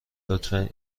لطفا